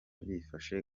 bifashe